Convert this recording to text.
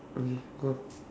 okay